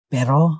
Pero